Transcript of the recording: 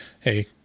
hey